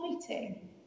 fighting